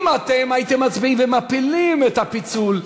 לי יש סדר-יום מודפס.